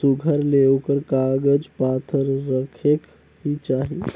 सुग्घर ले ओकर कागज पाथर रखेक ही चाही